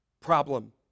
problem